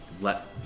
Let